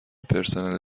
پرسنل